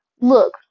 Look